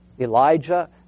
Elijah